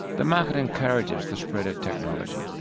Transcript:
the market encourages the spread of technology,